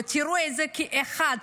ותראו את זה כאחד.